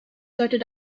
deutet